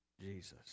Jesus